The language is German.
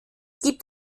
gibt